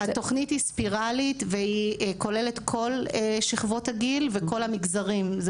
התוכנית ספירלית והיא כוללת את כל שכבות הגיל ואת כל המגזרים.